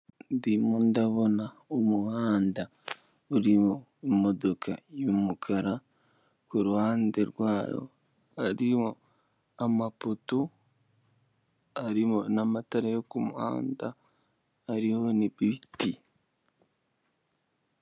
Ndimo ndabona umuhanda urimo imodoka y'umukara, ku ruhande rwayo hariho amapoto arimo n'amatara yo ku muhanda ariho n'ibiti.